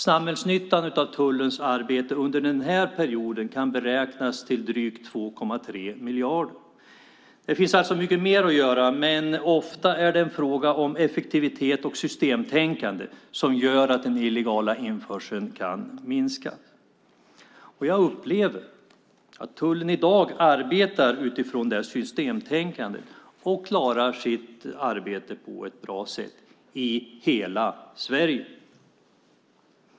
Samhällsnyttan av tullens arbete under den här perioden kan beräknas till drygt 2,3 miljarder. Det finns alltså mycket mer att göra, men ofta är det en fråga om effektivitet och systemtänkande som gör att den illegala införseln kan minska. Jag upplever att tullen i dag arbetar utifrån det systemtänkandet och klarar sitt arbete på ett bra sätt i hela Sverige.